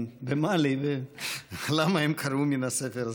במאלי ולמה הם קראו מן הספר הזה.